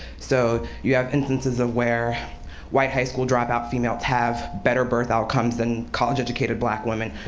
so you have instances of where white high school dropout females have better birth outcomes than college-educated black women,